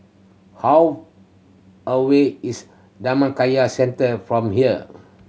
how away is Dhammakaya Centre from here